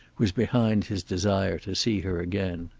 was behind his desire to see her again.